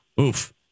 Oof